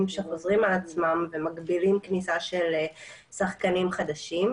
שחוזרים על עצמם ומגבילים כניסה של שחקנים חדשים.